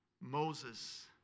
Moses